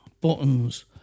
buttons